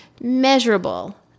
measurable